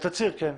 בתצהיר, כן.